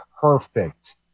perfect –